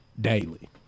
daily